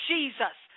Jesus